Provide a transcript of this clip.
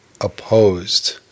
Opposed